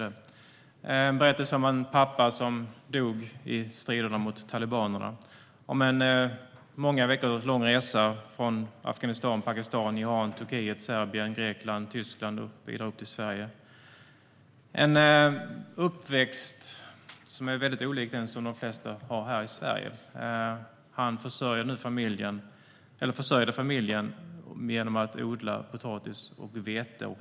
Det var berättelsen om en pappa som dog i striderna mot talibanerna, om en många veckor lång resa från Afghanistan, Pakistan, Iran, Turkiet, Serbien, Grekland, Tyskland och vidare upp till Sverige. Han hade en uppväxt som är mycket olik den som de flesta här i Sverige har. Han försörjde familjen genom att odla potatis och vete.